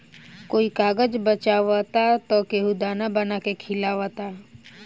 कोई कागज बचावता त केहू दाना बना के खिआवता